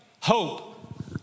hope